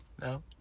No